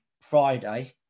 Friday